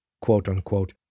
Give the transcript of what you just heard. quote-unquote